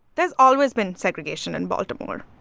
there's always been segregation in baltimore.